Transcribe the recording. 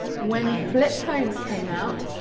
when flip phones came out,